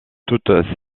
toutes